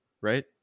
right